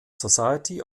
society